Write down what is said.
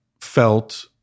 felt